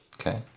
Okay